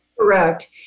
Correct